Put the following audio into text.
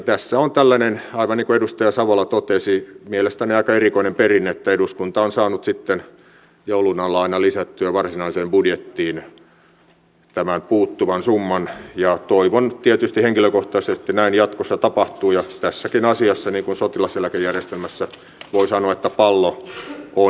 tässä on tällainen aivan niin kuin edustaja savola totesi mielestäni aika erikoinen perinne että eduskunta on saanut sitten joulun alla aina lisättyä varsinaiseen budjettiin tämän puuttuvan summan ja toivon tietysti henkilökohtaisesti että näin jatkossa tapahtuu ja tässäkin asiassa niin kuin sotilaseläkejärjestelmässä voi sanoa että pallo on eduskunnalla